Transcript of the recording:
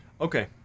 okay